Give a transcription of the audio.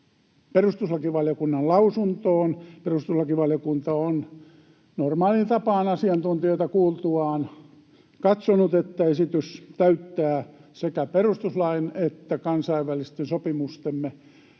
perustuslakivaliokunnan lausuntoon. Perustuslakivaliokunta on normaaliin tapaan asiantuntijoita kuultuaan katsonut, että esitys täyttää sekä perustuslain että kansainvälisten sopimustemme